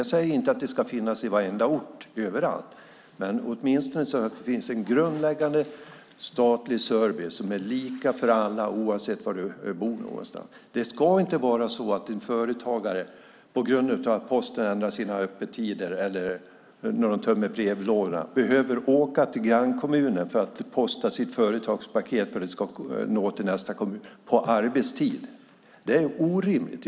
Jag säger inte att det ska finnas på varenda ort, överallt, men det ska åtminstone finnas en grundläggande statlig service som är lika för alla oavsett var man bor. Det ska inte vara så att en företagare på grund av att Posten har ändrat sina öppettider eller när de tömmer brevlådan behöver åka till grannkommunen på arbetstid för att posta sitt företagspaket för att det ska nå till nästa kommun. Det är orimligt.